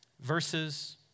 Verses